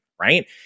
right